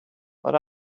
what